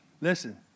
Listen